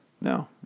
No